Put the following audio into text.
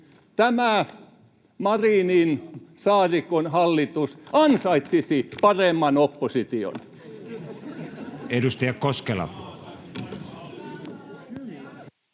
Tämä Marinin—Saarikon hallitus ansaitsisi paremman opposition.